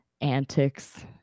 antics